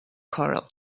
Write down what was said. corral